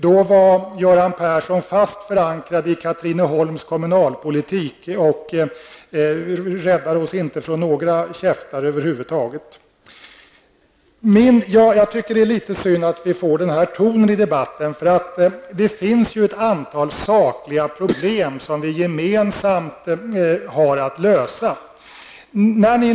Då var Göran Persson fast förankrad i Katrineholms kommunalpolitik. Och då räddade han oss inte från några käftar över huvud taget. Det är litet synd att vi har fått den här tonen i debatten. Det finns ju ett antal sakliga problem som vi gemensamt har att lösa.